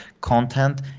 content